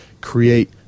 create